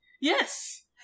Yes